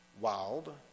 wild